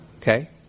Okay